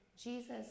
jesus